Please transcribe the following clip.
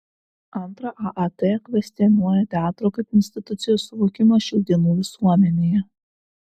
antra aat kvestionuoja teatro kaip institucijos suvokimą šių dienų visuomenėje